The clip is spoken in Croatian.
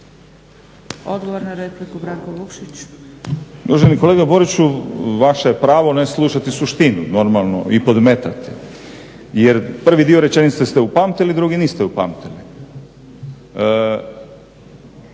Odgovor na repliku, Branko Vukšić.